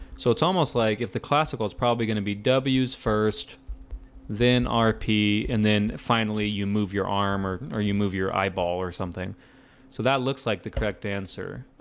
so it's almost like if the classical is probably going to be w is first then rp and then finally you move your arm or or you move your eyeball or something so that looks like the correct answer.